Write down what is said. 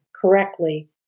correctly